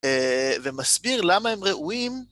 אה.. ומסביר למה הם ראויים.